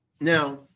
Now